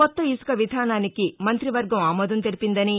కొత్త ఇసుక విధానానికి మంత్రివర్గం ఆమోదం తెలిపిందని